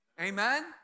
Amen